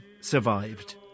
survived